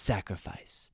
Sacrifice